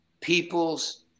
people's